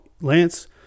Lance